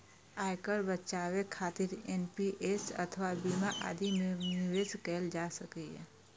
आयकर बचाबै खातिर एन.पी.एस अथवा बीमा आदि मे निवेश कैल जा सकैए